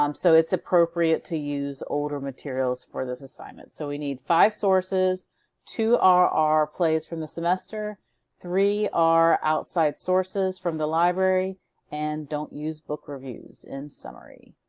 um so it's appropriate to use older materials for this assignment. so we need five sources two are our plays from the semester three are outside sources from the library and don't use book reviews in summary.